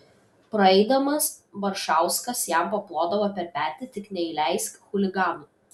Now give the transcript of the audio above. praeidamas baršauskas jam paplodavo per petį tik neįleisk chuliganų